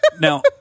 Now